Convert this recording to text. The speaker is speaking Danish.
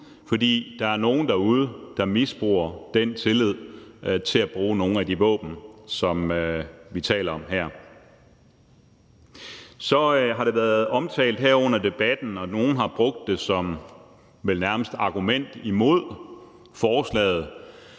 fordi der er nogle derude, der misbruger vores tillid til at bruge nogle af de våben, som vi taler om her. Kl. 14:57 Så har det været omtalt her under debatten – og nogle har vel nærmest brugt det som argument imod forslaget